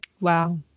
Wow